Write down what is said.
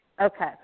Okay